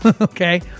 okay